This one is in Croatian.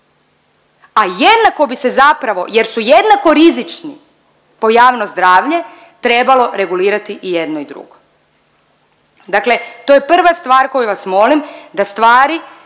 A jednako bi se zapravo, jer su jednako rizični po javno zdravlje trebalo regulirati i jedno i drugo. Dakle, to je prva stvar koju vas molim da stvari